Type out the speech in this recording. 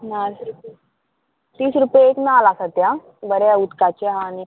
नाल्ल तीस तीस रुपया एक नाल्ल आसा सद्या बऱ्या उदकाचे आहा आनी